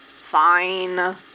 Fine